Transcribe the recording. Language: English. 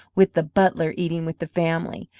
with the butler eating with the family.